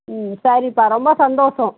ம் சரிப்பா ரொம்ப சந்தோசம்